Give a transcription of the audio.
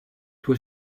tuo